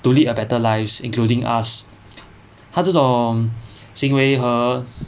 to lead a better lives including us 他这种行为和